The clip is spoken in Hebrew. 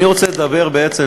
אני רוצה לדבר בעצם,